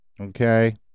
okay